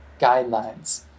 guidelines